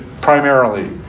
primarily